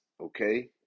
okay